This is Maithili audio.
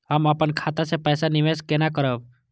हम अपन खाता से पैसा निवेश केना करब?